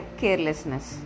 carelessness